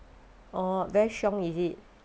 orh very 凶 is it